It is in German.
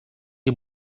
die